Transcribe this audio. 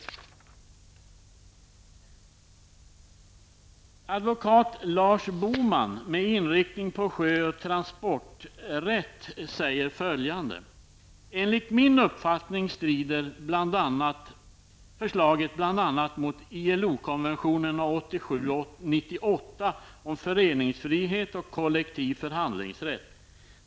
Advokat Lars Boman med inriktning på sjö och transporträtt säger följande: ''Enligt min uppfattning strider lagförslaget bland annat mot ILO konvetionerna 87 och 98 om föreningsfrihet och kollektiv förhandlingsrätt.